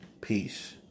Peace